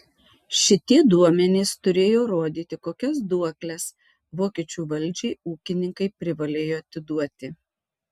šitie duomenys turėjo rodyti kokias duokles vokiečių valdžiai ūkininkai privalėjo atiduoti